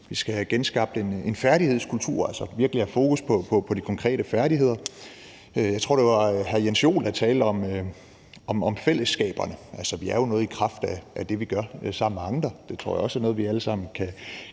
Vi skal have genskabt en færdighedskultur, altså virkelig have fokus på de konkrete færdigheder. Jeg tror, det var hr. Jens Joel, der talte om fællesskaberne, altså at vi jo er noget i kraft af det, vi gør sammen med andre. Det tror jeg også er noget, vi alle sammen kan